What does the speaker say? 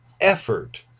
effort